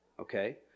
Okay